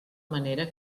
manera